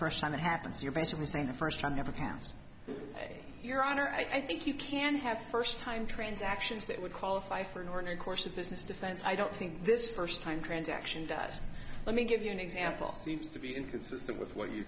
first time it happens you're basically saying the first time never passed your honor i think you can have first time transactions that would qualify for an ordinary course of business defense i don't think this first time transaction does let me give you an example seems to be inconsistent with what you